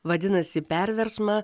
vadinasi perversmą